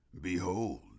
Behold